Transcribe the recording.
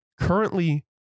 currently